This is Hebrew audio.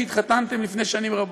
שהתחתנתם לפני שנים רבות,